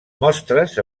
mostres